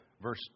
verse